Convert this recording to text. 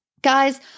Guys